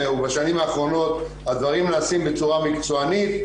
ובשנים האחרונות הדברים נעשים בצורה מקצוענית,